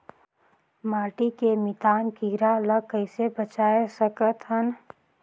माटी के मितान कीरा ल कइसे बचाय सकत हन?